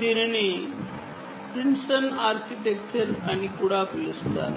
దీనిని Princeton architecture అని కూడా పిలుస్తారు